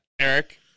Eric